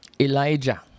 Elijah